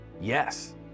Yes